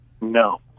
No